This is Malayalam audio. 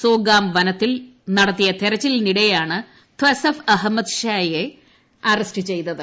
സോഗാം വനത്തിൽ നടത്തിയ തെരച്ചിലിനിടെയാണ് ത്വസഫ് അഹമ്മദ് ഷായെ അറസ്റ്റ് ചെയ്തത്